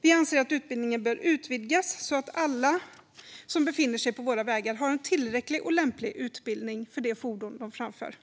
Vi anser att utbildningen bör utvidgas så att alla som befinner sig på våra vägar har en tillräcklig och lämplig utbildning för det fordon de framför.